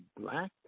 Black